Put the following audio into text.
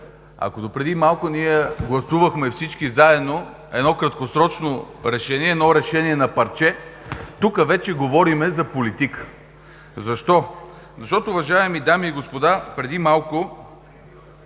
Ако допреди малко ние гласувахме всички заедно едно краткосрочно решение, едно решение на парче, тук вече говорим за политика. Защо? Защото, уважаеми дами и господа, преди малко